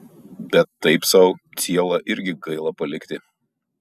bet taip sau cielą irgi gaila palikti